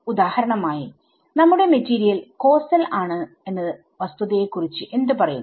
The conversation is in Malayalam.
ഉദാഹരണമായിനമ്മുടെ മെറ്റീരിയൽ കോസൽ ആണ് എന്ന വസ്തുത യെ കുറിച്ച് എന്ത് പറയുന്നു